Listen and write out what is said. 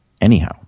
anyhow